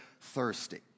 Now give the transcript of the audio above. thirsty